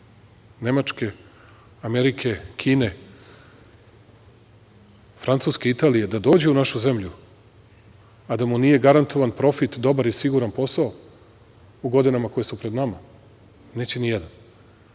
Nemačke, Amerike, Kine, Francuske, Italije da dođe u našu zemlju, a da mu nije garantovan profit, dobar i siguran posao u godinama koje su pred nama? Neće nijedan. Mi